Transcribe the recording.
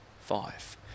five